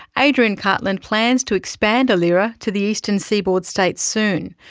adrian cartland plans to expand ailira to the eastern seaboard states soon.